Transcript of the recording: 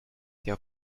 der